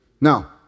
Now